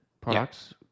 products